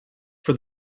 for